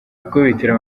ikubitiro